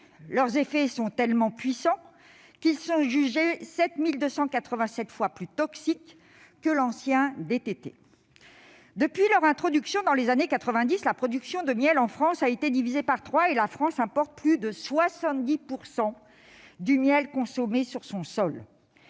Leurs effets sont tellement puissants qu'ils sont jugés 7 287 fois plus toxiques que l'ancien DDT. Depuis leur introduction dans les années 1990, la production de miel en France a été divisée par trois et la France importe plus de 70 % du miel consommé sur son sol.